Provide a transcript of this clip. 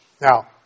Now